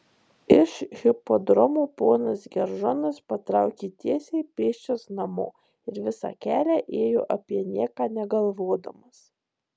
iš hipodromo ponas geržonas patraukė tiesiai pėsčias namo ir visą kelią ėjo apie nieką negalvodamas